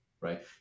Right